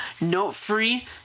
note-free